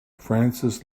francis